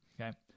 Okay